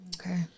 Okay